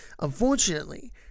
Unfortunately